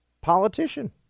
politician